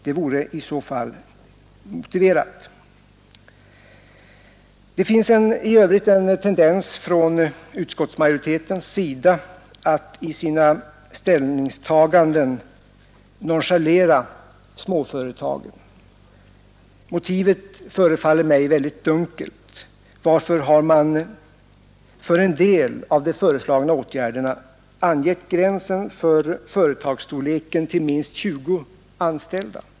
Det vore i så fall motiverat. Det finns i övrigt en tendens från utskottsmajoritetens sida att i sina ställningstaganden nonchalera småföretagen. Motivet förefaller mig mycket dunkelt. Varför har man för en del av de föreslagna åtgärderna angett gränsen för företagsstorleken till minst 20 anställda?